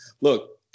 look